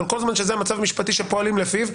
אבל כל זמן שזה המצב המשפטי שפועלים לפיו,